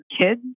kids